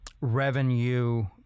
revenue